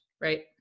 right